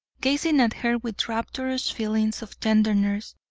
gazing at her with rapturous feelings of tenderness.